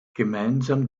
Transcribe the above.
gemeinsam